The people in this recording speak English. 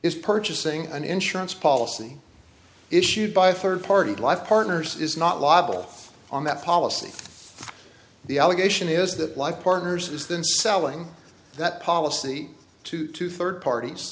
is purchasing an insurance policy issued by third party life partners is not liable on that policy the allegation is that like partners is then selling that policy to two third parties